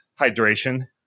hydration